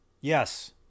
Yes